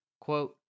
Quote